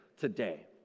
today